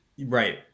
Right